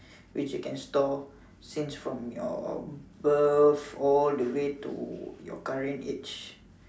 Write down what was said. which it can store since from your birth all the way to your current age